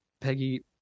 peggy